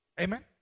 Amen